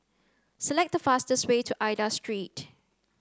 select the fastest way to Aida Street